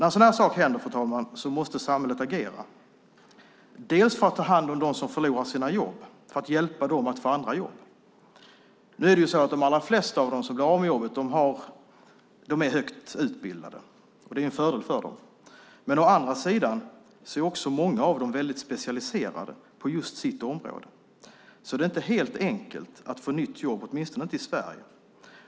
När sådana här saker händer måste samhället agera för att ta hand om dem som förlorar sina jobb och hjälpa dem att få andra jobb. Nu är det så att de allra flesta av dem som blir av med jobbet är högt utbildade, vilket är en fördel för dem. Men å andra sidan är många av dem väldigt specialiserade på sitt område. Det är inte helt enkelt att få ett nytt jobb, åtminstone inte i Sverige.